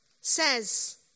says